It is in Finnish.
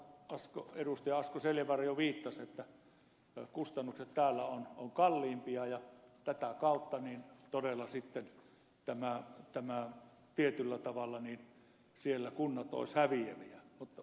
asko seljavaara jo viittasi siihen että kustannukset täällä ovat kalliimpia ja tätä kautta todella sitten tietyllä tavalla siellä kunnat olisivat häviäjiä